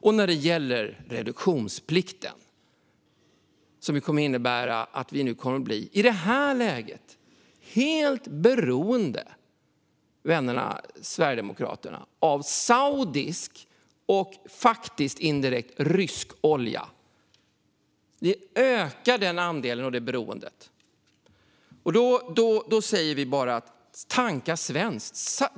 Vad gäller reduktionsplikten kommer sänkningen att innebära att Sverige i det här läget blir helt beroende - vänner i Sverigedemokraterna - av saudisk och faktiskt, indirekt, rysk olja. Man ökar den andelen och det beroendet. Centerpartiet säger bara: Tanka svenskt!